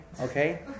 okay